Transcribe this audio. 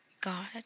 God